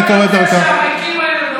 שהיה לך להגיד כבר אמרת.